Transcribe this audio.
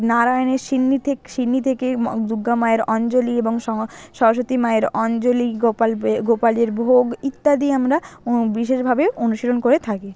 নারায়ণের সিন্নি থেক সিন্নি থেকে মা দূর্গা মায়ের অঞ্জলি এবং সংস সরস্বতী মায়ের অঞ্জলি গোপাল এ গোপালের ভোগ ইত্যাদি আমরা বিশেষভাবে অনুশীলন করে থাকি